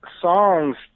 songs